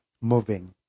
moving